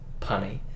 punny